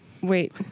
wait